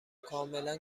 کاملا